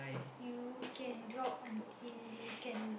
you can drop until you can